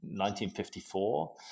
1954